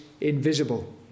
invisible